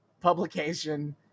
publication